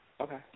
Okay